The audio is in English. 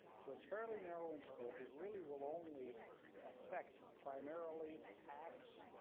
so it's fairly narrow in scope it really will only affect primarily pacs